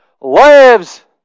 lives